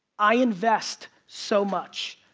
i invest so much,